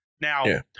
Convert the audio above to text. Now